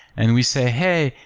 and we say, hey,